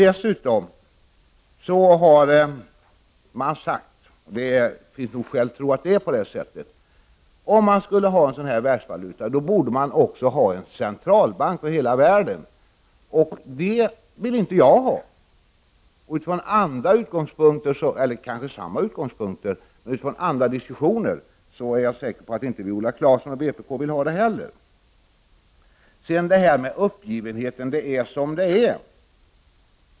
Dessutom har det sagts, vilket det finns skäl att tro, att om man skulle ha en sådan världsvaluta borde man också ha en centralbank för hela världen. Det vill inte jag ha. Utifrån andra, eller samma, utgångspunkter är jag säker på att Viola Claesson och vpk inte heller vill ha det. Beträffande uppgivenheten och att det är som det är vill jag säga följande.